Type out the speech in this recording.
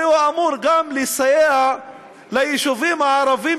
הרי הוא אמור לסייע גם ליישובים הערביים,